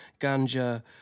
Ganja